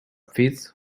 fits